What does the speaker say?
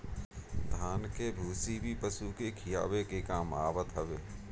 धान के भूसी भी पशु के खियावे के काम आवत हवे